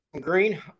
green